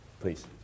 please